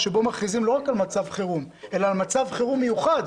שמכריזים לא רק על מצב חירום אלא על מצב חירום מיוחד,